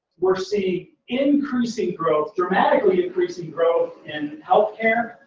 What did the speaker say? we're seeing increasing growth, dramatically increasing growth in healthcare,